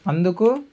అందుకు